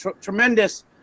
tremendous